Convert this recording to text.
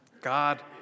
God